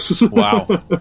Wow